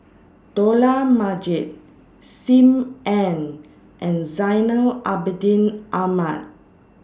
Dollah Majid SIM Ann and Zainal Abidin Ahmad